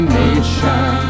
nation